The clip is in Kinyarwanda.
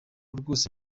rwose